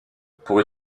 pour